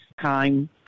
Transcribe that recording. time